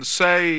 say